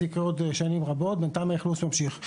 זה יקרה בעוד שנים רבות ובינתיים האכלוס ממשיך.